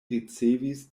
ricevis